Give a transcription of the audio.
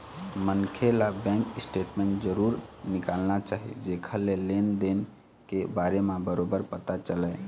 मनखे ल bank statement जरूर निकालना चाही जेखर ले लेन देन के बारे म बरोबर पता चलय